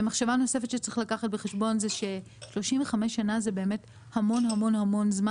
מחשבה נוספת שצריך לקחת בחשבון זה ש-35 שנה זה באמת המון זמן.